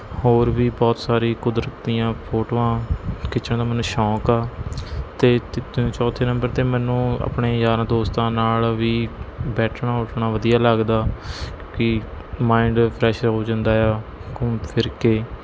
ਹੋਰ ਵੀ ਬਹੁਤ ਸਾਰੀ ਕੁਦਰਤ ਦੀਆਂ ਫੋਟੋਆਂ ਖਿੱਚਣ ਦਾ ਮੈਨੂੰ ਸ਼ੌਂਕ ਆ ਅਤੇ ਚੌਥੇ ਨੰਬਰ 'ਤੇ ਮੈਨੂੰ ਆਪਣੇ ਯਾਰਾਂ ਦੋਸਤਾਂ ਨਾਲ਼ ਵੀ ਬੈਠਣਾ ਉੱਠਣਾ ਵਧੀਆ ਲੱਗਦਾ ਕਿ ਮਾਇੰਡ ਫ੍ਰੈਸ਼ ਹੋ ਜਾਂਦਾ ਆ ਘੁੰਮ ਫਿਰ ਕੇ